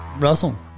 Russell